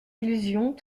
illusions